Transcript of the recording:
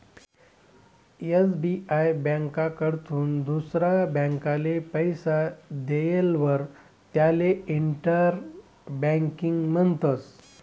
SBI ब्यांककडथून दुसरा ब्यांकले पैसा देयेलवर त्याले इंटर बँकिंग म्हणतस